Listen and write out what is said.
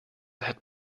had